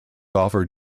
offer